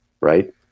right